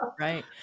right